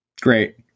Great